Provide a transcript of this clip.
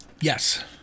Yes